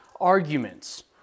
arguments